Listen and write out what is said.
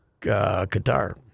Qatar